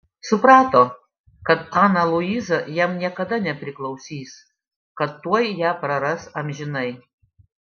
suprato kad ana luiza jam niekada nepriklausys kad tuoj ją praras amžinai